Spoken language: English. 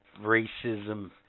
racism